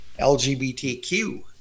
LGBTQ